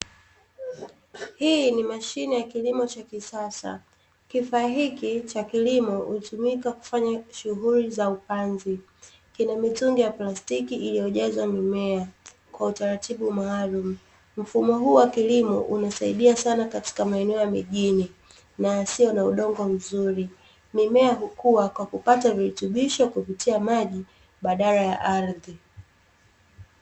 Hii ni mashine ya kilimo cha kisasa. Kifaa hiki cha kilimo hutumika kufanya shughuli za upanzi, kina mitungi ya plastiki iliyojazwa mimea kwa utaratibu maalumu. Mfumo huu wa kilimo unasaidia sana katika maeneo ya miji ni, na yasiyo na udongo mzuri. Mimea hukua kwa kupata virutubisho kupitia maji badala ya ardhi.